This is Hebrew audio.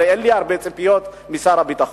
אבל אין לי הרבה ציפיות משר הביטחון.